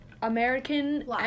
American